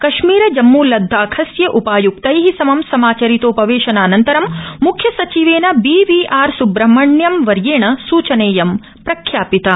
कश्मीर जम्मू लद्दाखस्य उपाय्क्तैः समं समाचरितोपवेशनानंतरं म्ख्यसचिवेन बी वी आर स्ब्रह्मण्यम वर्येण सूचनेयं प्रख्यापिता